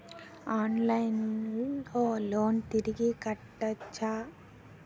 ఆన్లైన్లో లోన్ తిరిగి కట్టోచ్చా?